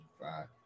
five